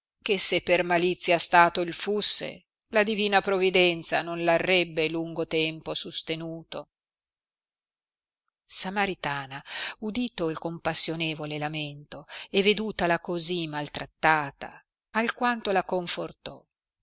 che se per malizia stato il fusse la divina provvidenza non l arrebbe lungo tempo sustenuto samaritana udito il compassionevole lamento e vedutala così maltrattata alquanto la confortò